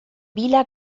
bila